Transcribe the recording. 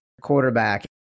quarterback